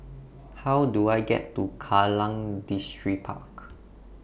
How Do I get to Kallang Distripark